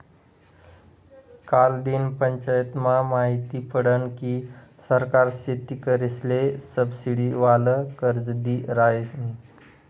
कालदिन पंचायतमा माहिती पडनं की सरकार शेतकरीसले सबसिडीवालं कर्ज दी रायनी